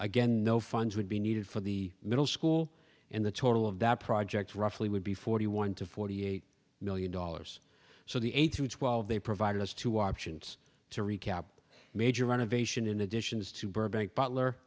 again no funds would be needed for the middle school and the total of that project roughly would be forty one to forty eight million dollars so the eight through twelve they provided us two options to recap major renovation in additions to burbank butler